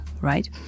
right